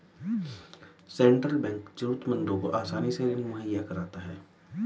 central Bank जरूरतमंदों को आसानी से ऋण मुहैय्या कराता है